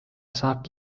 saabki